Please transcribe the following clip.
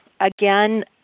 Again